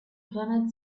planet